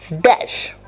dash